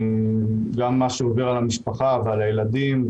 גם מה שעובר על המשפחה ועל הילדים,